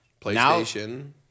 PlayStation